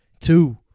two